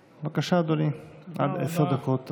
בבקשה, אדוני, עד עשר דקות עבורך.